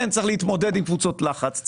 צריך להתמודד עם קבוצות לחץ,